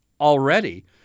already